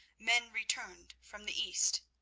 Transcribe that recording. men return from the east.